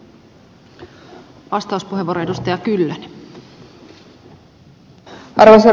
arvoisa rouva puhemies